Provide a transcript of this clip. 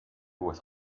with